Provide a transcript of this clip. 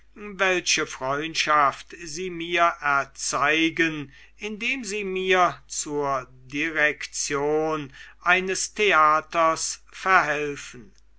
welche freundschaft sie mir erzeigen indem sie mir zur direktion eines theaters verhelfen